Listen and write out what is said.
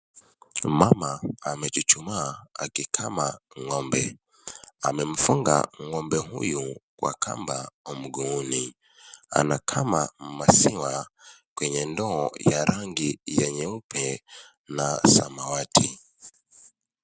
Mama amechuchuma akikama ngombe. amemunga ngombe huyu kwa kamba mguuni. Anakam maziwa, kwenye ndoo ya rangi ya nyeupe na samawati.